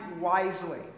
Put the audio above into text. wisely